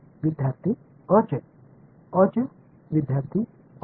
विद्यार्थी अ चे अ चे विद्यार्थी अ चे